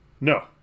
No